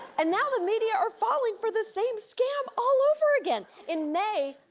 and now the media are falling for the same scam all over again. in may,